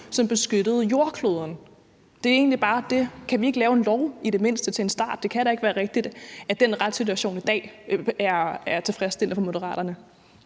som beskyttede jordkloden? Det er egentlig bare det, jeg spørger om: Kan vi ikke i det mindste til en start lave en lov? Det kan da ikke være rigtigt, at den retssituation, der er i dag, er tilfredsstillende for Moderaterne.